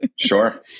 Sure